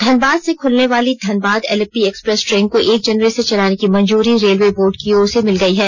धनबाद से खुलने वाली धनबाद एल्लेपी एक्सप्रेस ट्रेन को एक जनवरी से चलाने की मंजूरी रेलवे बोर्ड की ओर से मिल गयी है